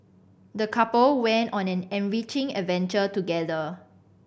the couple went on an enriching adventure together